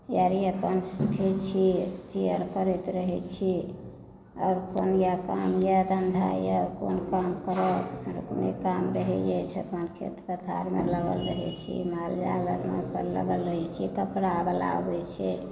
ई आओर अपन सीखैत छी ई आओर करैत रहैत छी अपन इएह काम यए धन्धा यए काम करब नहि काम रहैत अछि अपना खेत पथारमे लागल रहैत छी माल जालसभमे लागल रहैत छी तब कपड़ावला अबैत छै